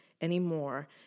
anymore